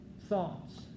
thoughts